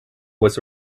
was